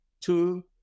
two